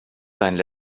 seinen